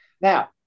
Now